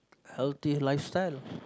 healthy lifestyle